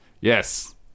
Yes